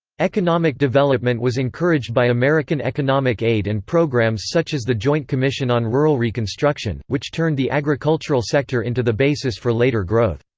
economic development was encouraged by american economic aid and programs such as the joint commission on rural reconstruction, which turned the agricultural sector into the basis for later growth.